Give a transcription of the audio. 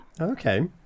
Okay